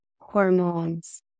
hormones